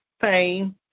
pain